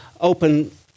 open